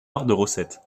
recette